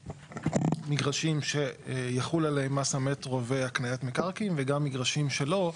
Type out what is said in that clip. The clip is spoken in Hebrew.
מגרשים שיחול עליהם מס המטרו והקניית מקרקעין וגם מגרשים שלא.